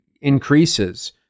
increases